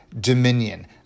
dominion